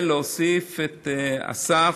ולהוסיף את אסף,